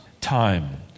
time